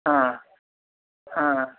ಹಾಂ ಹಾಂ